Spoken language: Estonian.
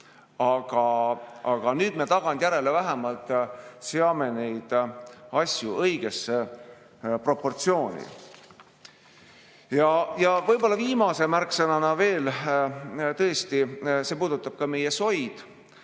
Aga nüüd me tagantjärele vähemalt seame neid asju õigesse proportsiooni. Võib-olla viimane märksõna veel. Tõesti, see puudutab ka meie soid.